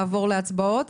לעבור להצבעות.